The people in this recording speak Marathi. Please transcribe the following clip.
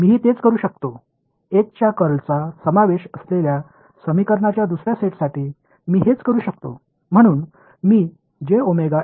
मीही तेच करू शकतो एच च्या कर्लचा समावेश असलेल्या समीकरणाच्या दुसर्या सेटसाठी मी हेच करू शकतो